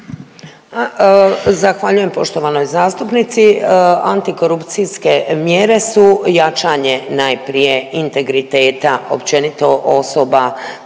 Zahvaljujem poštovanoj zastupnici. Antikorupcijske mjere su jačanje najprije integriteta općenito osoba